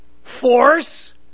force